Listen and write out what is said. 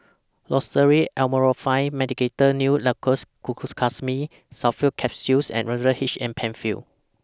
Loceryl Amorolfine Medicated Nail Lacquer Glucosamine Sulfate Capsules and H M PenFill